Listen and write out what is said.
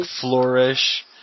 flourish